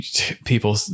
people